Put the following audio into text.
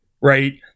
right